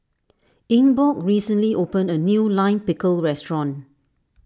Ingeborg recently opened a new Lime Pickle restaurant